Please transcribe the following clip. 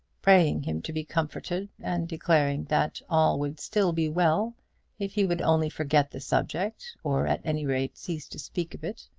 praying him to be comforted, and declaring that all would still be well if he would only forget the subject, or, at any rate, cease to speak of it.